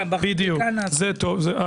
אנחנו בחקיקה נעשה את זה.